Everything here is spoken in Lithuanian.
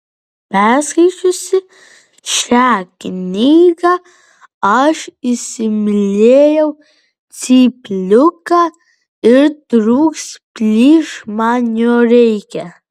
perskaičiusi šią knygą aš įsimylėjau cypliuką ir trūks plyš man jo reikia